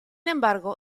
embargo